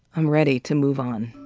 i'm ready to move on.